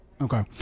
Okay